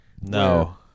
no